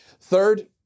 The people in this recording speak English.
Third